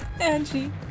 Angie